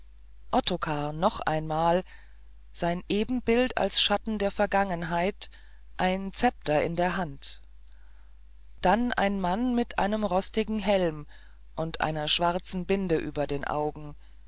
ottokar noch einmal sein ebenbild als schatten der vergangenheit ein szepter in der hand dann ein mann mit einem rostigen helm und einer schwarzen binde über den augen